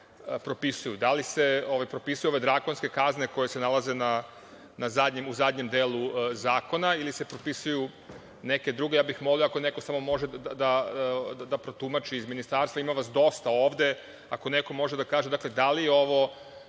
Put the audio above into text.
da li se propisuju ove drakonske kazne koje se nalaze u zadnjem delu zakona, ili se propisuju neke druge? Ja bih molio ako neko samo može da protumači iz ministarstva, ima vas dosta ovde, ako neko može da kaže, dakle, da li je ovo